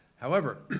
however,